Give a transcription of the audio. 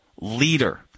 leader